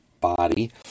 body